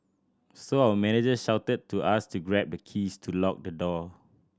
so our manager shouted to us to grab the keys to lock the door